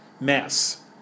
mess